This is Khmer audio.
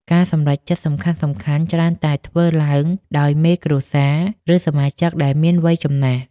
ការសម្រេចចិត្តសំខាន់ៗច្រើនតែធ្វើឡើងដោយមេគ្រួសារ ឬសមាជិកដែលមានវ័យចំណាស់។